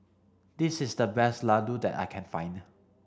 this is the best Ladoo that I can find